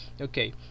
Okay